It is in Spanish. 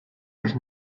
los